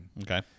Okay